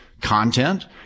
content